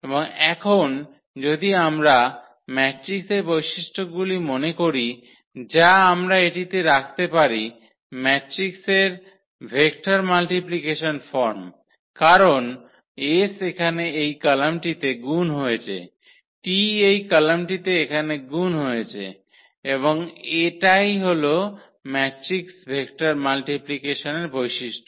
এবং এখন যদি আমরা ম্যাট্রিক্সের বৈশিষ্ট্যগুলি মনে করি যা আমরা এটিতে রাখতে পারি ম্যাট্রিক্স ভেক্টর মাল্টিপ্লিকেসন ফর্ম কারণ s এখানে এই কলামটিতে গুণ হয়েছে t এই কলামটিতে এখানে গুণ হয়েছে এবং এটিই হল ম্যাট্রিক্স ভেক্টর মাল্টিপ্লিকেসনের বৈশিষ্ট্য